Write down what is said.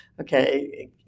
Okay